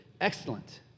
excellent